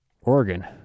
Oregon